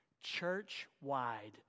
church-wide